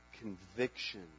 conviction